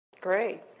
Great